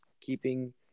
keeping –